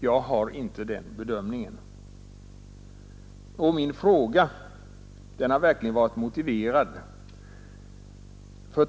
Jag har inte den bedömningen, och min fråga har verkligen varit motiverad.